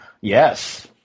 Yes